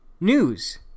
News